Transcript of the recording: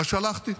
אז שלחתי,